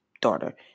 daughter